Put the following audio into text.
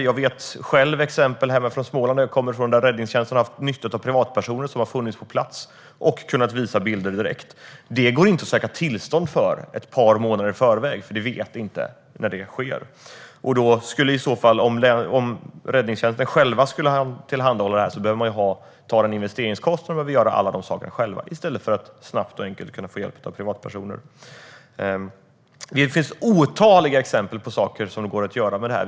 Jag vet själv exempel hemma i Småland där jag kommer ifrån där räddningstjänsten har haft nytta av privatpersoner som har funnits på plats och kunnat visa bilder direkt. Det går inte att söka tillstånd för det ett par månader i förväg. Du vet inte när det sker. Om räddningstjänsten själv skulle tillhandahålla det behöver man ta de investeringskostnaderna och göra alla de sakerna själv i stället för att snabbt och enkelt kunna få hjälp av privatpersoner. Det finns otaliga exempel på saker som det går att göra med detta.